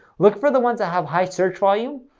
look for the ones that have high search volume,